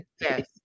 Yes